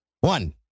One